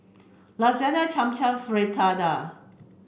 Lasagne Cham Cham Fritada